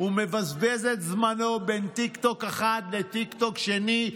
ומבזבז את זמנו בין טיקטוק אחד לטיקטוק שני,